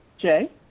Jay